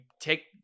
take